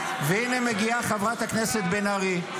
והינה מגיעה חברת הכנסת בן ארי.